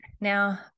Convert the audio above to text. Now